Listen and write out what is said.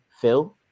Phil